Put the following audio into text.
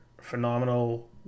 phenomenal